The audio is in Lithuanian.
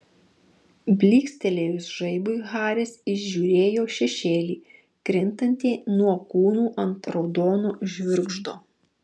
blykstelėjus žaibui haris įžiūrėjo šešėlį krintantį nuo kūnų ant raudono žvirgždo